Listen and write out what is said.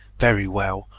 very well,